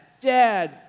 dad